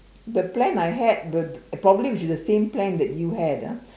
the plan I had the probably which is the same plan that you had ah